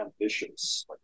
ambitious